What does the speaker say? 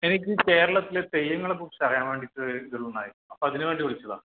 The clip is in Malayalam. എനിക്ക് കേരളത്തിലെ തെയ്യങ്ങളെക്കുറിച്ച് അറിയാൻ വേണ്ടിയിട്ട് അപ്പോൾ അതിനു വേണ്ടി വിളിച്ചതാ